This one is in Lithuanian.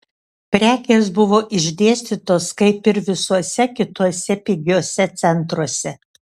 prekės buvo išdėstytos kaip ir visuose kituose pigiuose centruose